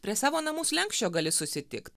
prie savo namų slenksčio gali susitikt